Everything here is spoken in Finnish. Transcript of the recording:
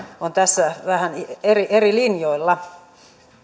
on tässä vähän eri eri linjoilla